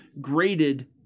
graded